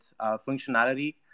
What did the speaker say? functionality